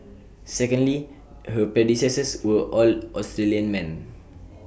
secondly her predecessors were all Australian men